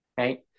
okay